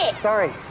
Sorry